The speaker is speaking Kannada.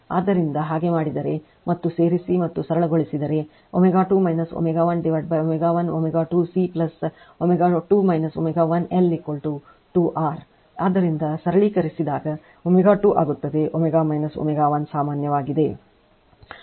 ಆದ್ದರಿಂದ ಹಾಗೆ ಮಾಡಿದರೆ ಮತ್ತು ಸೇರಿಸಿ ಮತ್ತು ಸರಳಗೊಳಿಸಿದರೆ ω2 ω 1ω 1 ω2 C ω2 ω 1 L 2 R ಆದ್ದರಿಂದ ಸರಳೀಕರಿಸಿ ದಾಗ ω2 ಆಗುತ್ತದೆ ω ω 1 ಸಾಮಾನ್ಯವಾಗಿದೆ